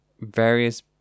various